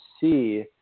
see